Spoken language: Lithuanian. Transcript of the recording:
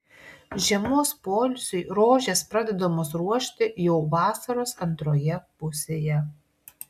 žiemos poilsiui rožės pradedamos ruošti jau vasaros antroje pusėje